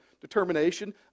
determination